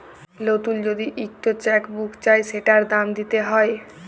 লতুল যদি ইকট চ্যাক বুক চায় সেটার দাম দ্যিতে হ্যয়